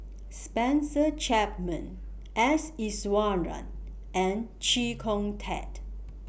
Spencer Chapman S Iswaran and Chee Kong Tet